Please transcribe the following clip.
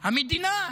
המדינה,